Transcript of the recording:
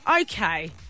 Okay